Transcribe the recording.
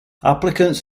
applicants